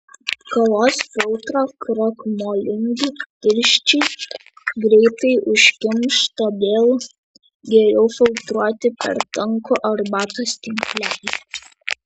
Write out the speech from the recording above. kavos filtrą krakmolingi tirščiai greitai užkimš todėl geriau filtruoti per tankų arbatos tinklelį